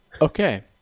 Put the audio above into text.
Okay